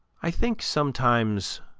i think sometimes,